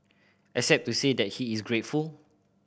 except to say that he is grateful